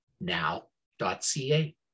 now.ca